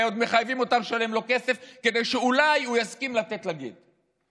ועוד מחייבים אותה לשלם לו כסף כדי שאולי הוא יסכים לתת לה גט.